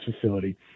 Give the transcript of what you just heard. facility